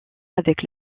avec